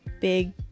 big